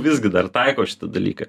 visgi dar taiko šitą dalyką